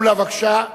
מולה, בבקשה.